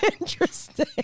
interesting